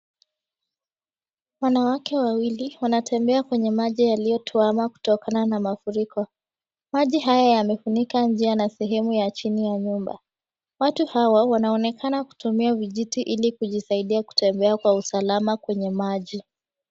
Wanawake wawili wanatembea kwenye maji yaliyotuama kutokana na mafuriko. Maji haya yamefunika njia na sehemu ya chini ya nyumba. Watu hawa wanaonekana kutumia vijiti ili kujisaiidia kutembea kwa usalama kwenye maji.